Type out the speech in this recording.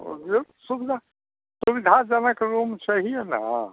और यह सुविधा सुविधाजनक रूम चाहिए ना